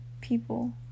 people